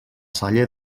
salle